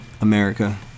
America